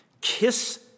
Kiss